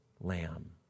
Lamb